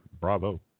bravo